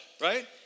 right